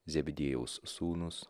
zebidiejaus sūnūs